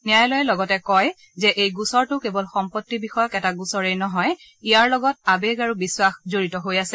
ন্যায়ালয়ে লগতে কয় যে এই গোচৰটো কেৱল সম্পত্তি বিষয়ক গোচৰেই নহয় ইয়াৰ লগত আৱেগ আৰু বিশ্বাস জড়িত হৈ আছে